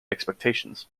expectations